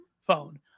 phone